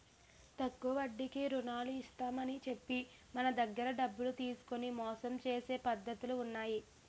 తక్కువ వడ్డీకి రుణాలు ఇస్తామని చెప్పి మన దగ్గర డబ్బులు తీసుకొని మోసం చేసే పద్ధతులు ఉన్నాయి